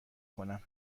کنم